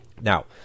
Now